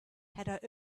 had